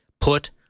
put